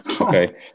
Okay